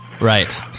Right